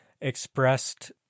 expressed